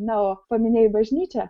na o paminėjai bažnyčią